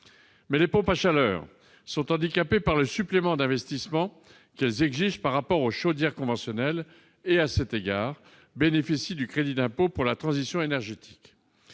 2027. Les pompes à chaleur, handicapées par le supplément d'investissement qu'elles exigent par rapport aux chaudières conventionnelles, bénéficient pour cette raison du crédit d'impôt pour la transition énergétique.